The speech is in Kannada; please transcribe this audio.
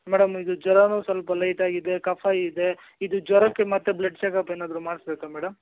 ಮೇಡಮ್ ಇದು ಜ್ವರವೂ ಸ್ವಲ್ಪ ಲೈಟಾಗಿದೆ ಕಫ ಇದೆ ಇದು ಜ್ವರಕ್ಕೆ ಮತ್ತೆ ಬ್ಲಡ್ ಚೆಕಪ್ ಏನಾದರು ಮಾಡಿಸ್ಬೇಕ ಮೇಡಮ್